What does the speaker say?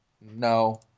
No